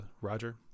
roger